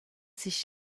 sich